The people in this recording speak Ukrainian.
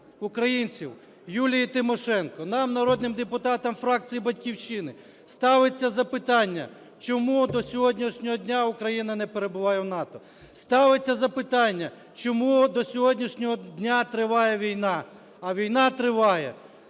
українців, Юлії Тимошенко, нам, народним депутатам фракції "Батьківщини", ставиться запитання: чому до сьогоднішнього дня Україна не перебуває в НАТО? Ставиться запитання: чому до сьогоднішнього дня триває війна? І відповідь